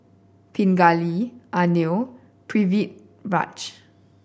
Pingali Anil and Pritiviraj